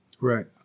right